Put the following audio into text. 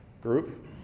group